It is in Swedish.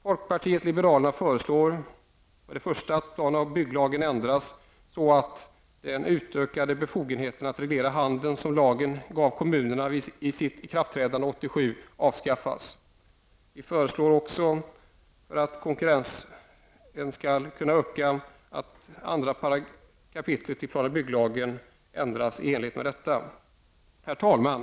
Folkpartiet liberalerna föreslår att plan och bygglagen ändras så, att de utökade befogenheter att reglera handeln som lagen gav kommunerna vid sitt ikraftträdande 1987 avskaffas. I syfte att öka konkurrensen föreslår vi också att 2 Herr talman!